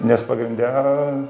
nes pagrinde